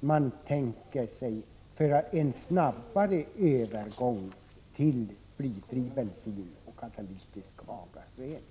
man tänker sig för att få till stånd en snabbare övergång till blyfri bensin och katalytisk avgasrening.